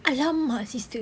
!alamak! sister